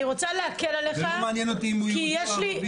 ולא מעניין אותי אם הוא יהודי או ערבי.